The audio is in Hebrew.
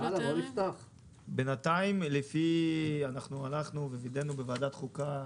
אנחנו וידאנו בוועדת חוקה,